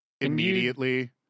immediately